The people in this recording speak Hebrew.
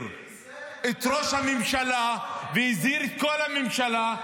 את ראש הממשלה והזהיר את כל הממשלה.